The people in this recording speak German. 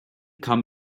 kam